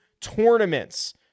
tournaments